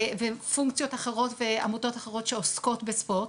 ופונקציות אחרות ועמותות אחרות שעוסקות בספורט.